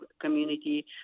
community